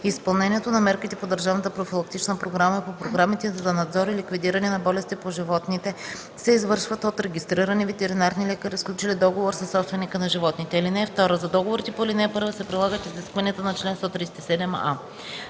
изпълнението на мерките по държавната профилактична програма и по програмите за надзор и ликвидиране на болести по животните се извършват от регистрирани ветеринарни лекари, сключили договор със собственика на животните. (2) За договорите по ал. 1 се прилагат изискванията на чл. 137а.